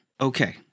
Okay